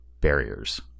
barriers